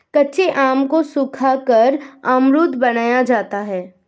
कच्चे आम को सुखाकर अमचूर बनाया जाता है